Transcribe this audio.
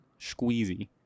squeezy